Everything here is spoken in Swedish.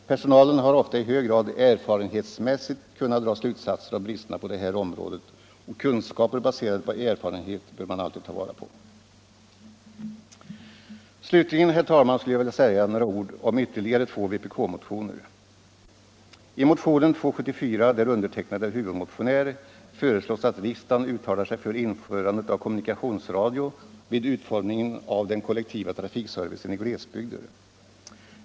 Personalen har ofta i hög grad erfarenhetsmässigt kunnat dra slutsatser av bristerna på det här området, och kunskaper baserade på erfarenhet bör man alltid ta vara på. Slutligen, herr talman, skulle jag vilja säga några ord om ytterligare två vpk-motioner. I motionen 274, där jag är huvudmotionär, föreslås att riksdagen uttalar sig för införande av kommunikationsradio vid utformningen av den kollektiva trafikservicen i glesbygder.